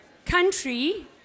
country